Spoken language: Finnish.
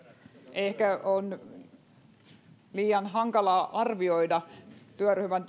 ehkä on liian hankalaa arvioida työryhmän